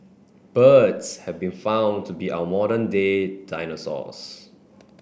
birds have been found to be our modern day dinosaurs